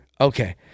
okay